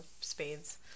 spades